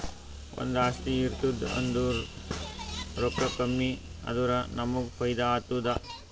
ಒಂದು ಆಸ್ತಿ ಇರ್ತುದ್ ಅದುರ್ದೂ ರೊಕ್ಕಾ ಕಮ್ಮಿ ಆದುರ ನಮ್ಮೂಗ್ ಫೈದಾ ಆತ್ತುದ